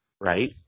right